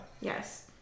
Yes